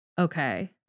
Okay